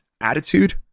attitude